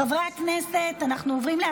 חברי הכנסת, נא לשבת.